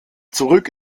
zurück